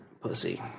pussy